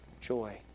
joy